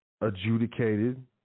adjudicated